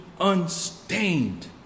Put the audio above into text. unstained